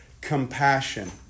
compassion